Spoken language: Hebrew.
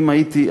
לאומית.